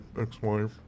ex-wife